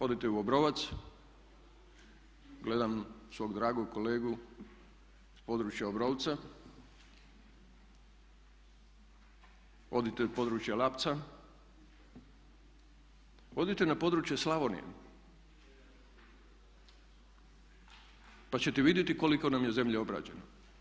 Odite u Obrovac, gledam svog dragog kolegu sa područja Obrovca, odite u područje Lapca, odite na područje Slavonije, pa ćete vidjeti koliko nam je zemlje obrađeno.